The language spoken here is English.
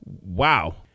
wow